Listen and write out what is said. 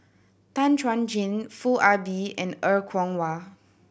Tan Chuan Jin Foo Ah Bee and Er Kwong Wah